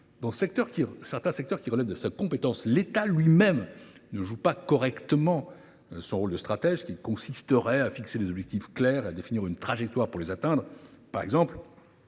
dans certains secteurs relevant de sa compétence, l’État lui même ne joue pas correctement son rôle de stratège, qui consisterait à fixer des objectifs clairs et à définir une trajectoire pour les atteindre. Par exemple,